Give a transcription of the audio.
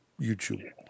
YouTube